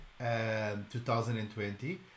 2020